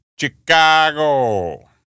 Chicago